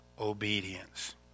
obedience